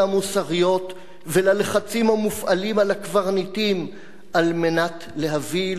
וללחצים המופעלים על הקברניטים על מנת להביא לשחרור אנשינו".